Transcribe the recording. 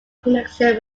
connection